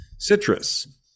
Citrus